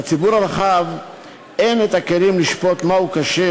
לציבור הרחב אין הכלים לשפוט מה כשר